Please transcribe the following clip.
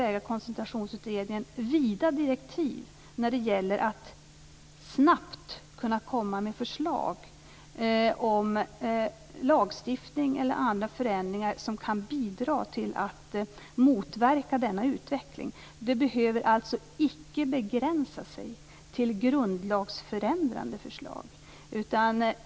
Ägarkoncentrationsutredningen har också fått vida direktiv för att snabbt kunna komma med förslag om lagstiftning eller andra förändringar som kan bidra till att motverka denna utveckling. Ägarkoncentrationsutredningen behöver alltså inte begränsa sig till grundlagsförändrande förslag.